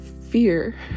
fear